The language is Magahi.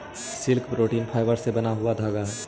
सिल्क प्रोटीन फाइबर से बना हुआ धागा हई